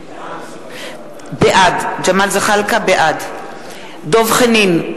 בעד דב חנין,